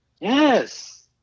Yes